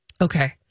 Okay